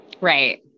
right